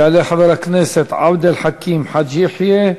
יעלה חבר הכנסת עבד אל חכים חאג' יחיא,